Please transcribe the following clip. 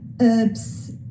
herbs